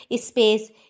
space